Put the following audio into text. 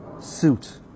suit